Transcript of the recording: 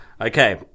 Okay